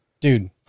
Dude